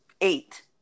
eight